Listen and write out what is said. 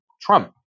Trump